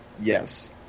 Yes